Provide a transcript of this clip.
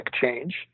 change